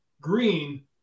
green